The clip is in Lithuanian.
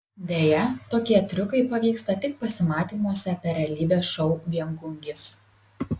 deja tokie triukai pavyksta tik pasimatymuose per realybės šou viengungis